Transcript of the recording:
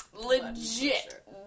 Legit